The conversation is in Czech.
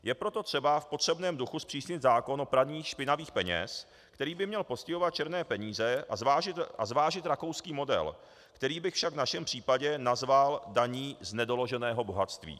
Je proto třeba v potřebném duchu zpřísnit zákon o praní špinavých peněz, který by měl postihovat černé peníze, a zvážit rakouský model, který bych však v našem případě nazval daní z nedoloženého bohatství.